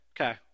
Okay